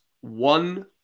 one